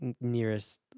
nearest